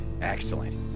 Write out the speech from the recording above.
Excellent